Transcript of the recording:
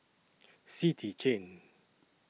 City Chain